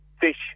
fish